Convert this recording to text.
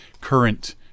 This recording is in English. current